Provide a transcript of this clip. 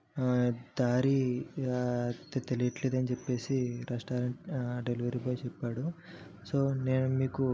దారి తెలియట్లేదని చెప్పేసి రెస్టారెంట్ డెలివరీ బాయ్ చెప్పాడు సో నేను మీకు